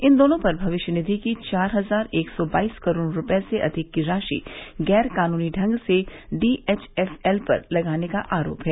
इन दोनों पर भविष्य निधि की चार हजार एक सौ बाईस करोड़ रूपये से अधिक की राशि गैर कानूनी ढंग से डी एच एफ एल पर लगाने का अरोप है